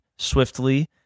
swiftly